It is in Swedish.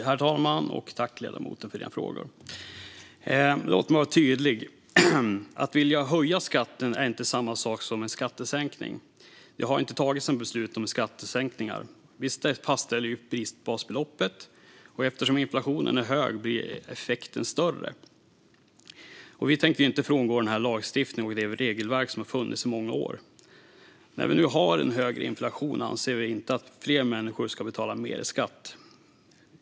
Herr talman! Tack, ledamoten, för dina frågor! Låt mig vara tydlig. Att vilja höja skatten är inte samma sak som en skattesänkning. Det har inte tagits några beslut om skattesänkningar. Vi fastställer prisbasbeloppet, och eftersom inflationen är hög blir effekten större. Och vi tänker inte frångå den lagstiftning och det regelverk som har funnits i många år. När vi nu har en hög inflation anser vi inte att fler människor ska betala mer i skatt.